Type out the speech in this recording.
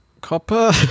copper